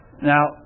Now